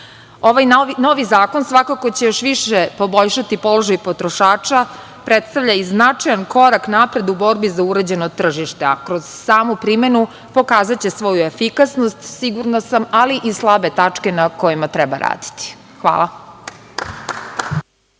novi zakon svakako će još više poboljšati položaj potrošača, a predstavlja i značajan korak napred u borbi za uređeno tržište. Kroz samu primenu pokazaće svoju efikasnost, sigurna sam, ali i slabe tačke na kojima treba raditi. Hvala.